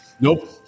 Nope